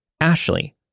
Ashley